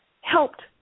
helped